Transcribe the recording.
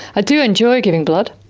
i do enjoy giving blood.